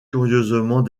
curieusement